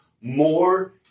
more